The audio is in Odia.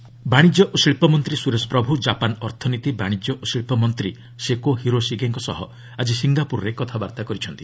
ଇଣ୍ଡିଆ ଜାପାନ ଟ୍ରେଡ୍ ବାଣିଜ୍ୟ ଓ ଶିଳ୍ପ ମନ୍ତ୍ରୀ ସୁରେଶ ପ୍ରଭୁ ଜାପାନ୍ ଅର୍ଥନୀତି ବାଣିଜ୍ୟ ଓ ଶିଳ୍ପ ମନ୍ତ୍ରୀ ସେକୋ ହିରୋସିଗେଙ୍କ ସହ ଆଜି ସିଙ୍ଗାପୁରରେ କଥାବାର୍ତ୍ତା କରିଛନ୍ତି